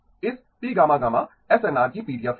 इस pγ γ SNR की PDF है